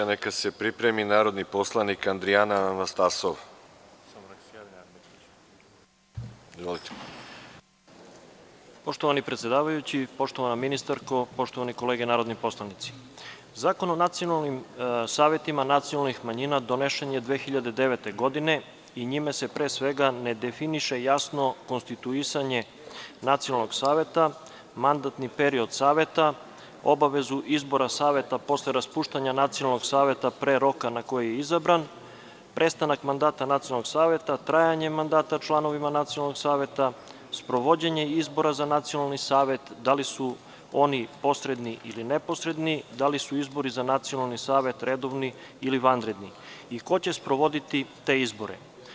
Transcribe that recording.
Poštovani predsedavajući, poštovana ministarko, poštovane kolege narodni poslanici, Zakon o nacionalnim savetima nacionalnih manjina donesen je 2009. godine i njime se ne definiše jasno konstituisanje Nacionalnog saveta, mandatni period saveta, obavezu izbora saveta posle raspuštanja Nacionalnog saveta pre roka na koji je izabran, prestanak mandata Nacionalnog saveta, trajanje mandata članovima Nacionalnog saveta, sprovođenje izbora za Nacionalni savet, da li su oni posredni ili neposredni, da li su izbori za Nacionalni savet redovni ili vanredni i ko će sprovoditi te izbore.